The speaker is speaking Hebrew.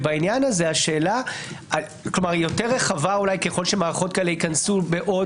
בעניין הזה היא יותר רחבה ככל שמערכות כאלה ייכנסו בעוד